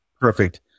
Perfect